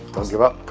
don't give up,